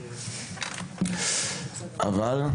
אבל,